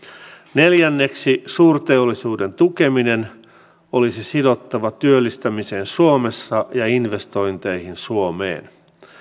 neljänneksi suurteollisuuden tukeminen olisi sidottava työllistämiseen suomessa ja investointeihin suomeen